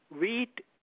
wheat